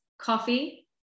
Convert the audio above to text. coffee